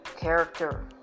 character